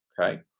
Okay